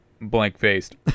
Blank-faced